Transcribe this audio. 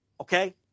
Okay